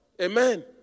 Amen